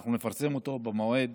אנחנו נפרסם אותו במועד